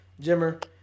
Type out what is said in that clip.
Jimmer